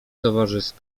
towarzysko